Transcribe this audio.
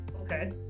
Okay